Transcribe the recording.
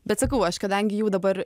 bet sakau aš kadangi jau dabar